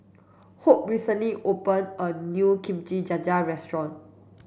Hope recently opened a new Kimchi Jjigae restaurant